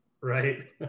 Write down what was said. right